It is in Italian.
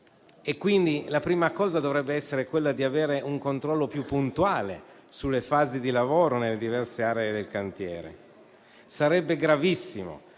per prima cosa si dovrebbe avere un controllo più puntuale sulle fasi di lavoro nelle diverse aree del cantiere. Sarebbe gravissimo